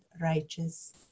righteous